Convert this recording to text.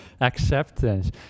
acceptance